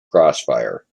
crossfire